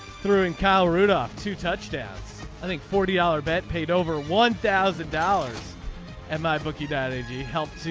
throwing kyle rudolph two touchdowns i think forty hour bet paid over one thousand dollars and my bookie ah dynegy helped